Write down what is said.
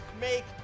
make